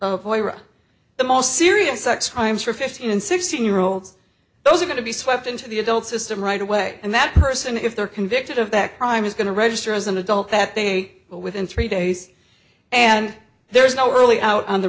trigger the most serious sex crimes for fifteen and sixteen year olds those are going to be swept into the adult system right away and that person if they're convicted of that crime is going to register as an adult that they will within three days and there is no early out on the